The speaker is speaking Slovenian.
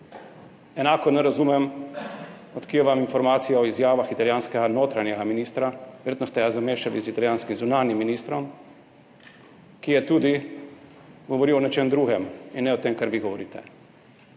Enako ne razumem, od kje vam informacije o izjavah italijanskega notranjega ministra. Verjetno ste ga zamešali z italijanskim zunanjim ministrom, ki je tudi govoril o nečem drugem in ne o tem, kar vi govorite.